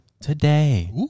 today